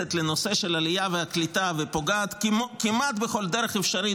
מתייחסת לנושא של העלייה והקליטה ופוגעת כמעט בכל דרך אפשרית